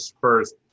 first